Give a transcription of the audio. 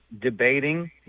debating